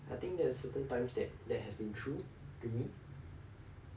I think there are certain times that that have been true to me